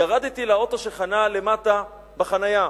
ירדתי לאוטו שחנה למטה בחנייה,